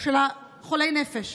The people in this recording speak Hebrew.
של חולי הנפש.